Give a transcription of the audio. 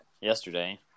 yesterday